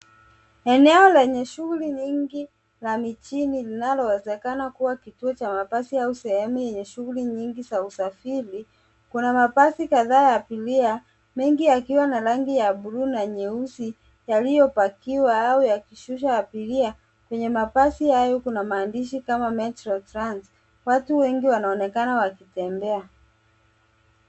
Eneo lenye shughuli nyingi za mijini linazowezekana kuwa kituo cha mabasi au sehemu yenye shughuli nyingi za usafiri, kuna mabasi kadhaa ya abiria, mengi yakiwa na rangi ya buluu na nyeusi yaliyopakiwa au yakishusha abiria. Kwenye mabasi hayo kuna maandishi kama Metro trans. Watu wengi wanaonekana wakitembea.